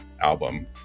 album